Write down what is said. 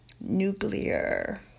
nuclear